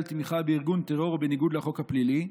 תמיכה בארגון טרור בניגוד לחוק הפלילי,